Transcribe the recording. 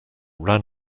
ran